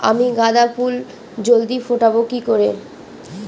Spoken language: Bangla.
আমি গাঁদা ফুল জলদি ফোটাবো কি করে?